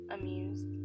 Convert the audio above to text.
amused